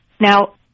Now